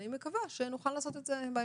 אני מקווה שנוכל לעשות את זה בהמשך.